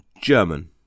German